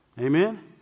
Amen